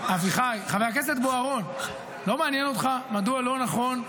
חבר הכנסת בוארון, לא מעניין אותך מדוע לא נכון?